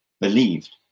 believed